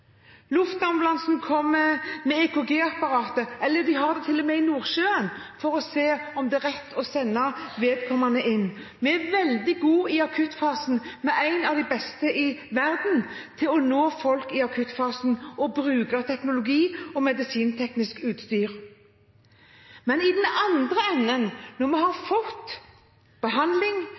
kommer med EKG-apparatet, og de har det til og med i Nordsjøen, for å se om det er rett å sende vedkommende inn. Vi er veldig gode i akuttfasen. Vi er av de beste i verden når det kommer til å nå folk i akuttfasen, og til å bruke teknologi og medisinskteknisk utstyr. Men i den andre enden, når vi har fått behandling,